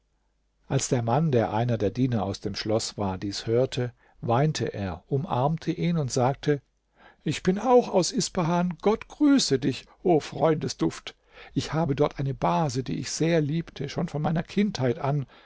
als der mann der einer der diener aus dem schloß war dies hörte weinte er umarmte ihn und sagte ich bin auch aus ispahan gott grüße dich o freundesduft ich habe dort eine base die ich sehr liebte schon von meiner kindheit an